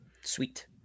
Sweet